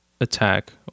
Attack